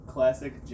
Classic